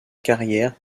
carrière